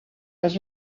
was